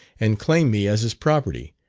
and claim me as his property,